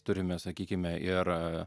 turime sakykime ir